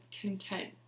content